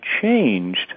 changed